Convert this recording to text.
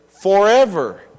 forever